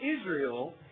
israel